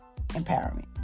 Empowerment